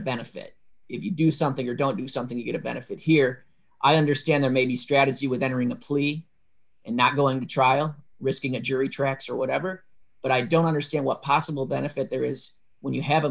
benefit if you do something or don't do something you get a benefit here i understand there may be strategy with entering a plea and not going to trial risking injury tracks or whatever but i don't understand what possible benefit there is when you have a